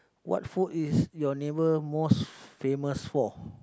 what food is your neighbour most famous for